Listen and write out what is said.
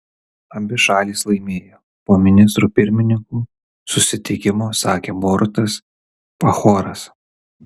abi šalys laimėjo po ministrų pirmininkų susitikimo sakė borutas pahoras